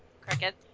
Cricket